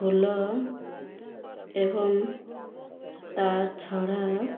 ଫୁଲ ଏବଂ ତା ଛଡ଼ା